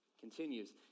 Continues